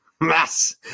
Mass